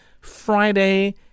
Friday